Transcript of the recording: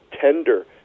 tender